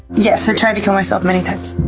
yes, i tried to kill myself many times.